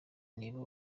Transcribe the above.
niba